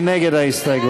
מי נגד ההסתייגות?